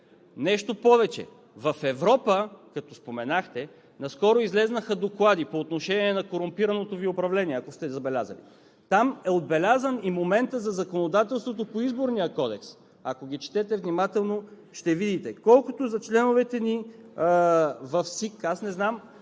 Нещо повече, в Европа, като споменахте, наскоро излязоха доклади по отношение на корумпираното Ви управление, ако сте забелязали. Там е отбелязан и моментът за законодателството по Изборния кодекс! Ако ги четете внимателно, ще видите. Колкото за членовете ни в СИК – не знам